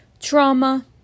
trauma